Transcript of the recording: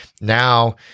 Now